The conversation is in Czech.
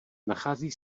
nachází